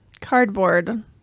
Cardboard